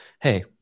hey